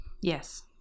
Yes